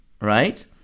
right